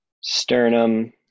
Sternum